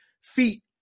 feet